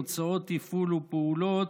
הוצאות תפעול ופעולות,